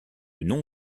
nom